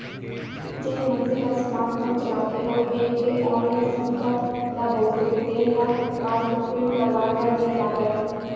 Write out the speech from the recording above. जेन मनसे हर स्मार्ट फोन चलाथे अउ बेंक के ऑनलाइन सुभीता ल बउरथे तेन ल पासबुक प्रिंट करवाए बर नइ लागय